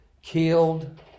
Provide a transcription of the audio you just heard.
Killed